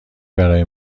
برای